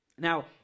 Now